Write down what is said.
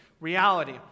reality